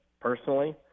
personally